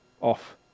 off